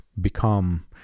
become